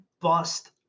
bust